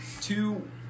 Two